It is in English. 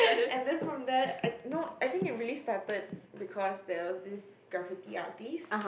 and then from there no I think it really started because there was this graffiti artist